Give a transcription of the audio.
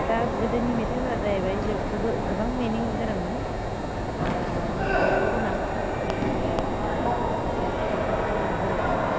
दा गोदोनि मेथाइफोरा जाहैबाय गोबो गोबां मिनिं गोनांमोन अर्थ गोनां जोंनि माखासे थासारिफोरजों गोरोबोमोन